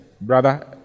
brother